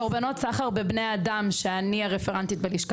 קורבנות סחר בבני אדם אני הרפרנטית בלשכה